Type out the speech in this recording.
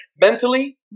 Mentally